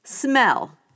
smell